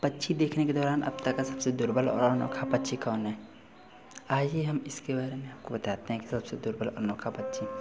पक्षी देखने के दौरान अब तक का सबसे दुर्बल और अनोखा पक्षी कौन है आइए हम इसके बारे में आपको बताते हैं कि सबसे दुर्बल अनोखा पच्छी